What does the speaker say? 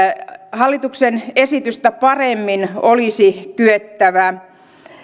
hallituksen esitystä paremmin olisi kyettävä